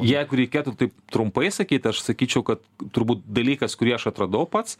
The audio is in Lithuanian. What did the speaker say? jeigu reikėtų taip trumpai sakyti aš sakyčiau kad turbūt dalykas kurį aš atradau pats